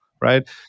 right